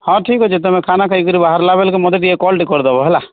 ହଁ ଠିକ୍ ଅଛି ତମେ ଖାନା ଖାଇକରି ବାହାରିଲା ବେଲ କେ ମୋତେ ଟିକେ କଲ୍ଟେ କରିଦେବ ହେଲା